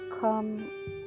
come